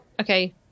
okay